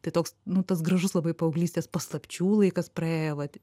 tai toks nu tas gražus labai paauglystės paslapčių laikas praėjo vat